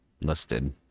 listed